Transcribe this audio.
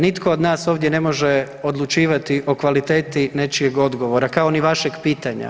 Nitko od nas ovdje ne može odlučivati o kvaliteti nečijeg odgovora, kao ni vašeg pitanja.